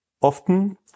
often